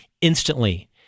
instantly